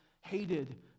hated